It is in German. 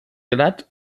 glatt